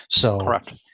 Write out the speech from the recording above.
correct